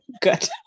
Good